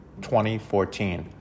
2014